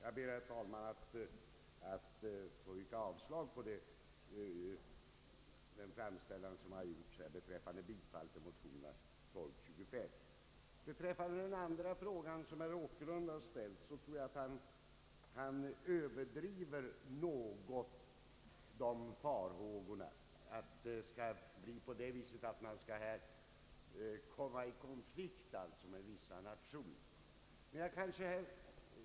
Jag ber, herr talman, att få yrka avslag på den framställning som gjorts beträffande bifall till motionerna I: 1223 och II: 1437. Vad beträffar den fråga som herr Åkerlund har ställt tror jag att han något överdriver farhågorna att man skall komma i konflikt med vissa nationer.